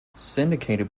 syndicated